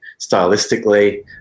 stylistically